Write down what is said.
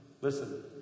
Listen